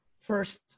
first